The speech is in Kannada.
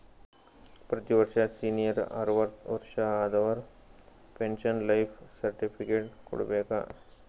ಪ್ರತಿ ವರ್ಷ ಸೀನಿಯರ್ ಅರ್ವತ್ ವರ್ಷಾ ಆದವರು ಪೆನ್ಶನ್ ಲೈಫ್ ಸರ್ಟಿಫಿಕೇಟ್ ಕೊಡ್ಬೇಕ